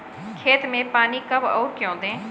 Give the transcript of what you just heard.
खेत में पानी कब और क्यों दें?